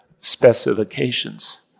specifications